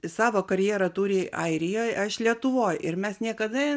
savo karjerą turi airijoj aš lietuvoj ir mes niekada